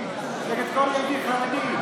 גדולים נגד כל יהודי חרדי.